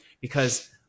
because-